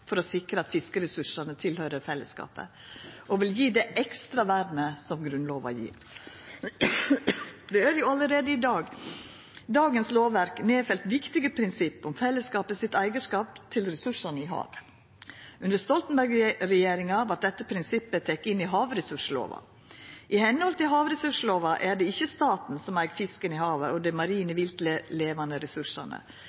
for å sikra at fiskeressursane høyrer til fellesskapet, og vil gje det ekstra vernet som Grunnlova gjev. Det er allereie i dag i dagens lovverk nedfelt viktige prinsipp om fellesskapet sitt eigarskap til ressursane i havet. Under Stoltenberg-regjeringa vart dette prinsippet teke inn i havressurslova. I samsvar med havressurslova er det ikkje staten som eig fisken i havet og dei marine